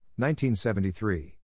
1973